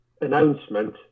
announcement